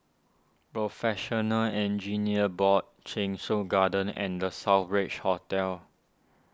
Professional Engineers Board Cheng Soon Garden and the Southbridge Hotel